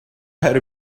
had